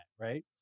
right